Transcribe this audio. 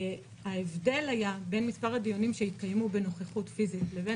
ההבדל בין מספר הדיונים שהתקיימו בנוכחות פיזית לבין